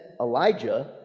Elijah